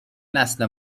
نسل